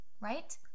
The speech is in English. right